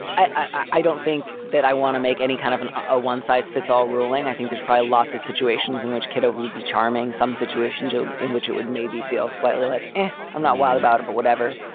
i i don't think that i want to make any kind of and a one size fits all ruling. i think there's pride, lots of situations in which kiddo would be charming, some situations um in which it would maybe feel slightly like i'm not wild about it, but whatever